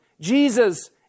Jesus